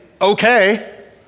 okay